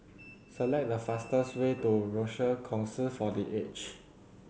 select the fastest way to Rochor Kongsi for The Age